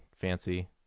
fancy